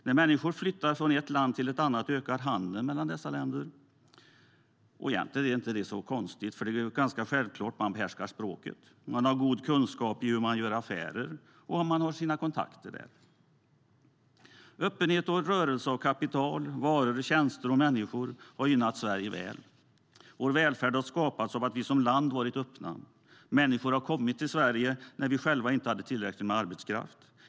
När människor flyttar från ett land till ett annat ökar handeln mellan dessa länder. Egentligen är det inte så konstigt utan ganska självklart. Man behärskar språket, har god kunskap om hur man gör affärer i sitt hemland och har kontakter där. Öppenhet och rörelse av kapital, varor, tjänster och människor har gynnat Sverige. Vår välfärd har skapats av att vi som land varit öppna. Människor har kommit till Sverige när vi själva inte har haft tillräckligt med arbetskraft.